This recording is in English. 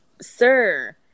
sir